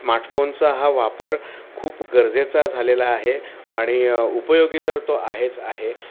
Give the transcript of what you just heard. स्मार्टफोनचा हा वापर खूप गरजेचा झालेला आहे आणि उपयोगी तर तो आहेच आहे